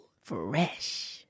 Fresh